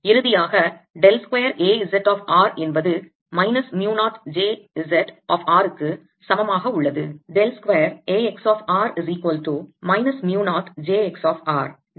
இறுதியாக del square A z of r என்பது minus mu 0 j z of r க்கு சமமாக உள்ளது